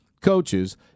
coaches